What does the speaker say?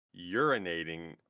urinating